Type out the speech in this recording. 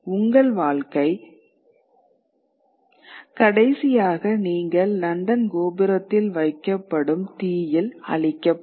உங்கள் வாழ்க்கை கடைசியாக நீங்கள் லண்டன் கோபுரத்தில் வைக்கப்படும் தீயில் அழிக்கப்படும்